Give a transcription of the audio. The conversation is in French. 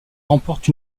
remporte